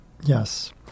Yes